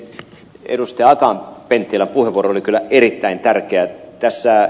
akaan penttilän puheenvuoro oli kyllä erittäin tärkeä